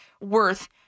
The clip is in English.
worth